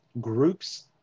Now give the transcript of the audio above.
groups